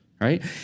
right